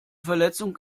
verletzung